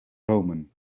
roamen